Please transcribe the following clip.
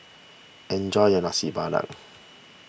enjoy your Nasi Padang